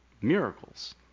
Miracles